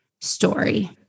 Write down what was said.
story